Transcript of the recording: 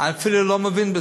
אני קורא לכם, חברי